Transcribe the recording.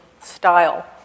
style